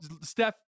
Steph